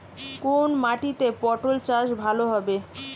কোন মাটিতে পটল চাষ ভালো হবে?